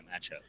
matchup